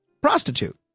prostitute